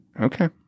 Okay